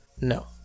No